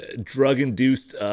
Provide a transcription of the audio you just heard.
drug-induced